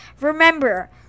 remember